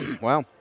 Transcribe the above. Wow